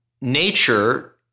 nature